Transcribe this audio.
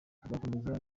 nzakomeza